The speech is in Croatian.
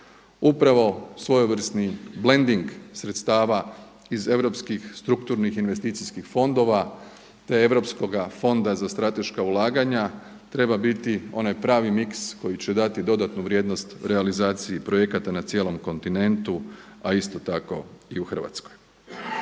Upravo svojevrsni blending sredstava iz europskih strukturnih investicijskih fondova, te Europskoga fonda za strateška ulaganja treba biti onaj pravi mix koji će dati dodatnu vrijednost realizaciji projekata na cijelom kontinentu, a isto tako i u Hrvatskoj.